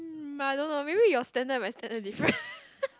um I don't know maybe your standard and my standard different